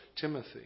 Timothy